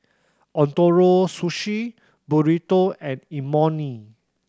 Ootoro Sushi Burrito and Imoni